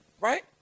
Right